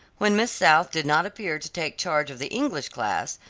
when miss south did not appear to take charge of the english class,